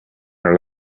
our